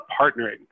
partnering